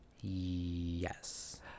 Yes